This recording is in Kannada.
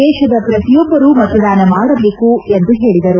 ದೇತದ ಪ್ರತಿಯೊಬ್ಬರೂ ಮತದಾನ ಮಾಡಬೇಕು ಎಂದು ಹೇಳಿದರು